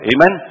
Amen